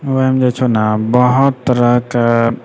ओहिमे जे छौ ने बहुत तरहके